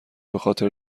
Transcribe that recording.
بخاطر